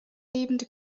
lebende